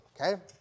okay